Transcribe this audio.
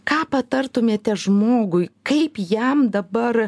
ką patartumėte žmogui kaip jam dabar